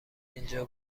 اینجا